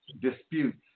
disputes